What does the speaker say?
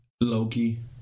Loki